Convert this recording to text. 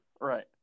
Right